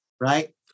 right